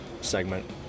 segment